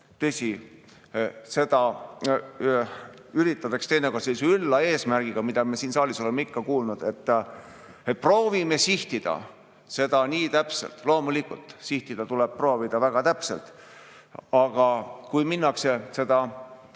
Tõsi, seda üritatakse teinekord sellise ülla eesmärgiga, mida me siin saalis oleme ikka kuulnud, et proovime sihtida seda täpselt. Loomulikult, tuleb proovida sihtida väga täpselt. Aga kui minnakse seda